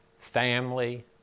family